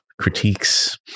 critiques